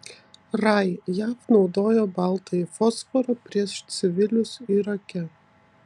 rai jav naudojo baltąjį fosforą prieš civilius irake